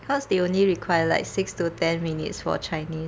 cause they only require like six to ten minutes for chinese